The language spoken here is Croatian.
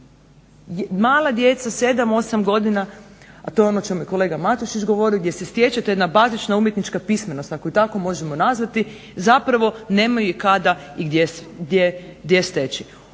Mala djeca, 7, 8 godina a to je ono o čemu je kolega Matušić govorio gdje se stječe, to je jedna bazična umjetnička pismenost, ako ju tako možemo nazvati zapravo nemaju kada i gdje steći.